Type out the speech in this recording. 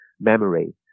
memory